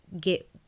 get